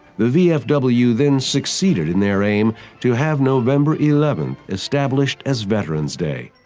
the vfw then succeeded in their aim to have november eleventh established as veterans day,